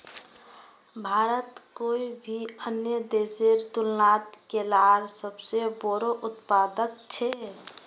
भारत कोई भी अन्य देशेर तुलनात केलार सबसे बोड़ो उत्पादक छे